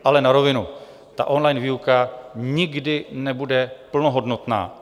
Ale na rovinu, online výuka nikdy nebude plnohodnotná.